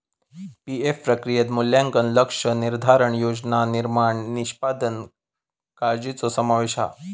PF प्रक्रियेत मूल्यांकन, लक्ष्य निर्धारण, योजना निर्माण, निष्पादन काळ्जीचो समावेश हा